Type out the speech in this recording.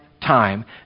time